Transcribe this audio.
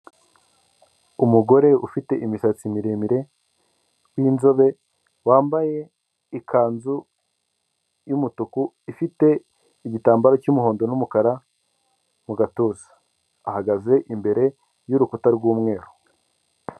Umugore ufite imisatsi miremire, w'inzobe, wambaye ikanzu y'umutuku, ifite igitambaro cyumuhondo n'umukara mugatuza ahagaze imbere yurukuta rw'umweru.